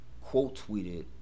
quote-tweeted